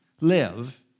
live